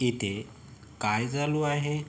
इथे काय चालू आहे